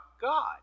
God